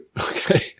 Okay